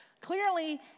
clearly